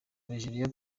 algeria